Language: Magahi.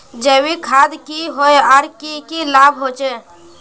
जैविक खाद की होय आर की की लाभ होचे?